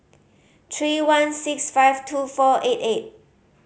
three one six five two four eight eight